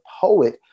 poet